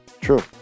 True